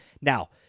Now